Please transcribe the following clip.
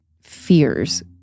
fears